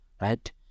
Right